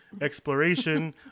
exploration